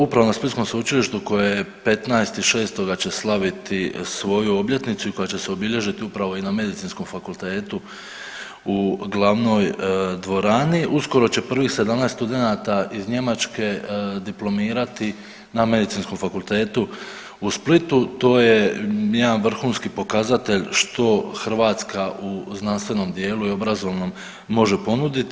Upravo na splitskom sveučilištu koje 15.6. će slaviti svoju obljetnicu i koja će se obilježiti upravo i na Medicinskom fakultetu u glavnoj dvorani, uskoro će prvih 17 studenata iz Njemačke diplomirati na Medicinskom fakultetu u Splitu, to je jedan vrhunski pokazatelj što Hrvatska u znanstvenom dijelu i obrazovnom može ponuditi.